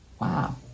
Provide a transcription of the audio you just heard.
Wow